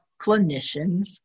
clinicians